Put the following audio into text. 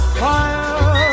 fire